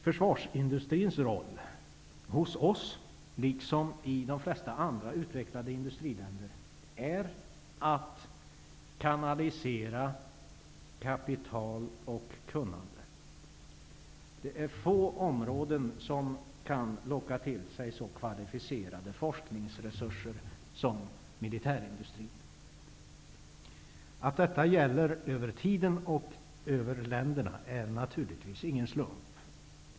Försvarsindustrins roll i Sverige liksom i de flesta andra utvecklade industriländer är att kanalisera kapital och kunnande. Det är få områden som kan locka till sig så kvalificerade forskningsresurser som militärindustrin. Att detta gäller över tiden och i alla länder är naturligtvis ingen slump.